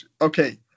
okay